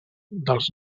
dels